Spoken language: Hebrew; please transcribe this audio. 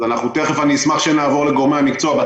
אז תכף אשמח שנעבור לגורמי המקצוע.